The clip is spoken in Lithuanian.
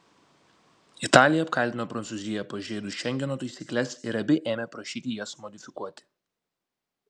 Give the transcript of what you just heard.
italija apkaltino prancūziją pažeidus šengeno taisykles ir abi ėmė prašyti jas modifikuoti